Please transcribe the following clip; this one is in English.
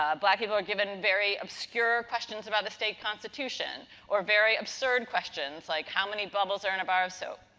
black people are given very obscure questions about the state constitution or very absurd questions like how many bubbles are in a bar of soap.